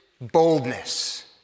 boldness